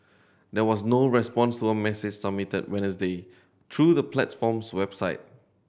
there was no response to a message submitted Wednesday through the platform's website